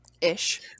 ish